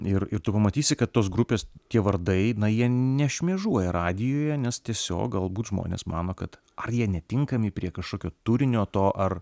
ir ir tu pamatysi kad tos grupės tie vardai na jie nešmėžuoja radijuje nes tiesiog galbūt žmonės mano kad ar jie netinkami prie kažkokio turinio to ar